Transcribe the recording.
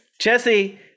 Jesse